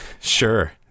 Sure